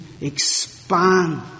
expand